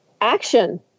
action